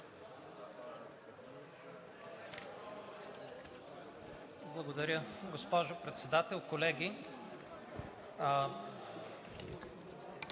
Благодаря. Госпожо Председател, колеги!